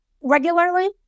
Regularly